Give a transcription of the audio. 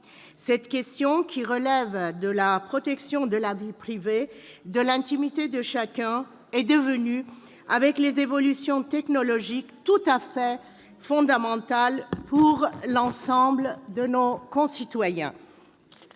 Cette question, qui relève de la protection de la vie privée, de l'intimité de chacun, est devenue, avec les évolutions technologiques, tout à fait fondamentale pour l'ensemble de nos concitoyens.